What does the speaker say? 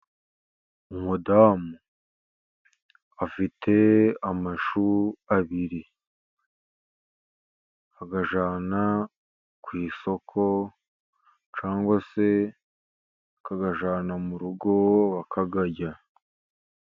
Umudamu afite amashu abiri, ayajyana ku isoko cyangwa se akayajyana mu rugo akayarya.